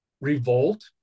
revolt